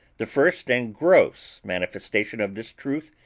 the first and gross manifestation of this truth,